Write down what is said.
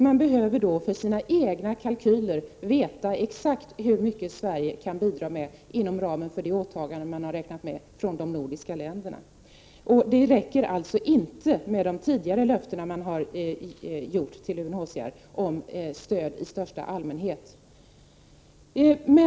Man behöver för sina egna kalkyler veta exakt hur mycket Sverige kan bidra med inom ramen för det åtagande som man räknat med från de nordiska länderna. Det räcker alltså inte med de tidigare löften som man lämnat till UNHCR om stöd i största allmänhet.